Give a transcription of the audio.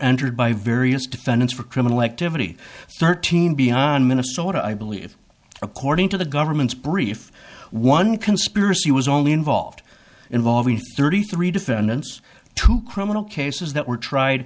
entered by various defendants for criminal activity thirteen beyond minnesota i believe according to the government's brief one conspiracy was only involved involving thirty three defendants two criminal cases that were tried